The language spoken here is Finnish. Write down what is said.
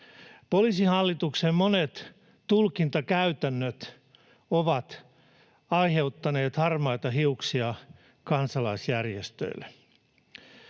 Poliisihallituksen monet tulkintakäytännöt ovat aiheuttaneet harmaita hiuksia kansalaisjärjestöille.